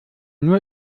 nur